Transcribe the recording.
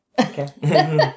Okay